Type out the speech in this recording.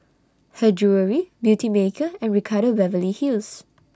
Her Jewellery Beautymaker and Ricardo Beverly Hills